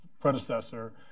predecessor